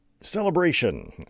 celebration